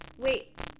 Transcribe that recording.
wait